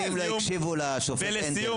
השופטים לא הקשיבו לשופט הנדל,